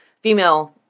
female